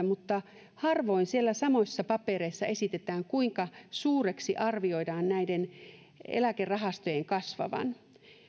mutta harvoin siellä samoissa papereissa esitetään kuinka suureksi arvioidaan näiden eläkerahastojen kasvavan